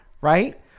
right